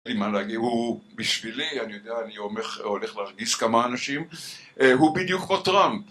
הוא בשבילי, אני יודע אני הולך להכניס כמה אנשים, הוא בדיוק כמו טראמפ